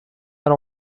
are